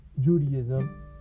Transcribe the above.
Judaism